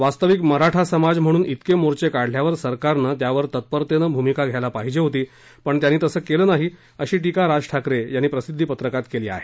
वास्तविक मराठा समाज म्हणून ाविके मोर्चे काढल्यावर सरकारनं ह्यावर तत्परतेनं भूमिका घ्यायला पाहिजे होती पण त्यांनी तसं केलं नाही अशी टीका ठाकरे यांनी प्रसिद्वी पत्रकात केली आहे